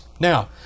Now